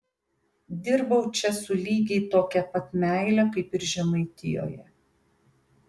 dirbau čia su lygiai tokia pat meile kaip ir žemaitijoje